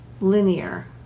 linear